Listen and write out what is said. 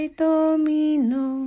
domino